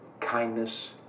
kindness